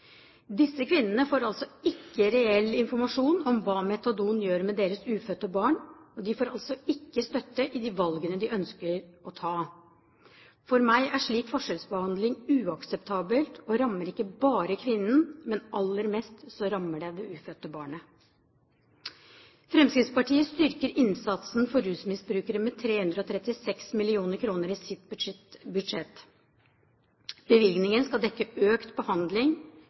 Disse kvinnene får altså ikke reell informasjon om hva metadon gjør med deres ufødte barn, og de får altså ikke støtte i de valgene de ønsker å ta. For meg er slik forskjellsbehandling uakseptabel og rammer ikke bare kvinner, men aller mest rammer det det ufødte barnet. Fremskrittspartiet styrker innsatsen for rusmiddelmisbrukere med 336 mill. kr i sitt budsjett. Bevilgningen skal dekke økt behandling,